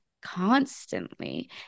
constantly